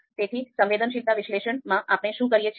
તેથી સંવેદનશીલતા વિશ્લેષણમાં આપણે શું કરીએ છીએ